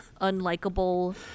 unlikable